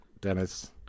Dennis